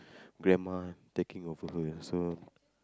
grandma taking over her so